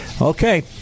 Okay